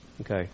Okay